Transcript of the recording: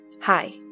Hi